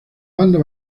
banda